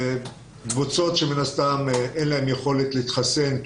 קבוצות שמן הסתם אין להן יכולת להתחסן,